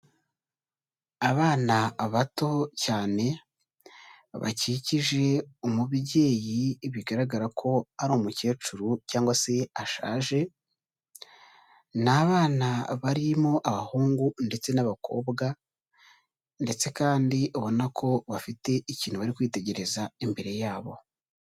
Abana bato cyane, bakikije umubyeyi bigaragara ko ari umukecuru cyangwa se ashaje, ni abana barimo abahungu ndetse n'abakobwa ndetse kandi ubona ko bafite ikintu bari kwitegereza imbere yabo.